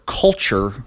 culture